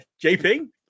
JP